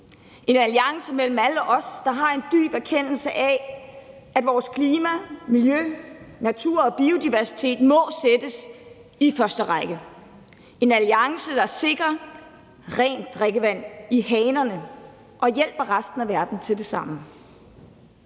en alliance mellem alle os, der har en dyb erkendelse af, at vores klima, miljø, natur og biodiversitet må sættes i første række; og en alliance, der sikrer rent drikkevand i hanerne og hjælper resten af verden til det samme.